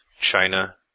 China